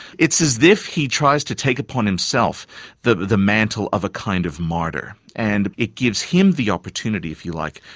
it's as if he tries to take upon himself the the mantle of a kind of martyr, and it gives him the opportunity, if you like,